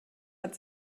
hat